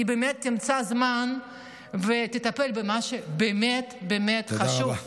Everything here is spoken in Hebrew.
היא תמצא זמן ותטפל במה שבאמת באמת חשוב,